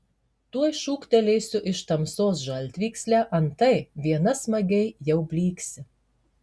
tuoj šūktelėsiu iš tamsos žaltvykslę antai viena smagiai jau blyksi